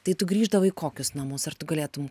tai tu grįždavai į kokius namus ar tu galėtum